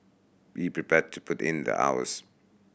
be prepared to put in the hours